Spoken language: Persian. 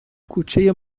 کوچه